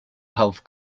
health